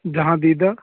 جہاں دیدہ